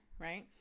right